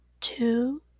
Two